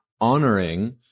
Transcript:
honoring